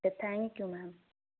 ਤੇ thank you ma'am